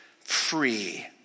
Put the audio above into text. free